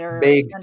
Big